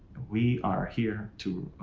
we are here to,